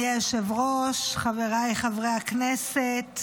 אדוני היושב-ראש, חבריי חברי הכנסת,